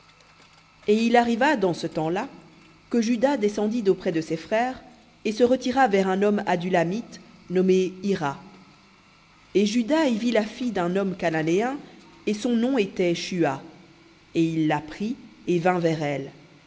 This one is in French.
et il arriva dans ce temps-là que juda descendit d'auprès de ses frères et se retira vers un homme adullamite nommé hira et juda y vit la fille d'un homme cananéen et son nom était shua et il la prit et vint vers elle